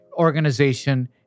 organization